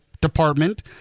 department